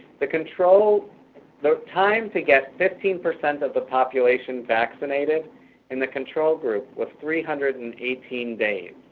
the control the time to get fifteen percent of the population vaccinated in the control group was three hundred and eighteen days.